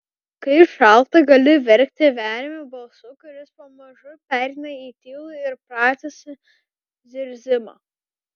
kai šalta gali verkti veriamu balsu kuris pamažu pereina į tylų ir pratisą zirzimą